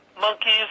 Monkeys